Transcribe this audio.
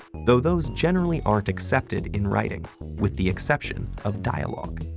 though those generally aren't accepted in writing, with the exception of dialogue.